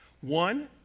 One